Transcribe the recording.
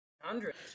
hundreds